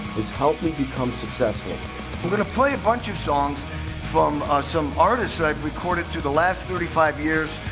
has helped me become successful going to play a bunch of songs from some artists that i've recorded through the last thirty five years.